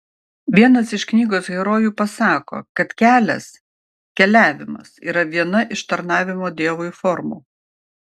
vienas iš knygos herojų pasako kad kelias keliavimas yra viena iš tarnavimo dievui formų